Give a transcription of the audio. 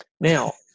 Now